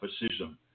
fascism